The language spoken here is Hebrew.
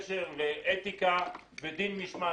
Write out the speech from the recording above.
בקשר לאתיקה ודין משמעתי.